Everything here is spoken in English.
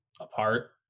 apart